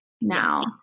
now